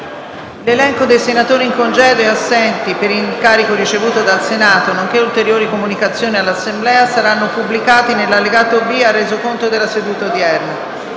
L'elenco dei senatori in congedo e assenti per incarico ricevuto dal Senato, nonché ulteriori comunicazioni all'Assemblea saranno pubblicati nell'allegato B al Resoconto della seduta odierna.